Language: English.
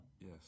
Yes